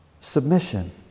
Submission